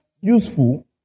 useful